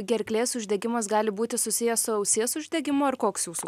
gerklės uždegimas gali būti susijęs su ausies uždegimu ar koks jūsų